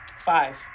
Five